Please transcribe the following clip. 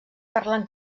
parlen